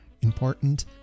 important